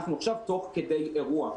עכשיו אנחנו תוך כדי אירוע.